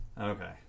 Okay